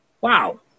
Wow